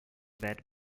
that